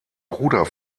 bruder